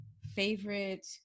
Favorite